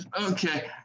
okay